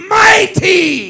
mighty